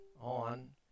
on